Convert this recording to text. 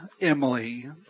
Emily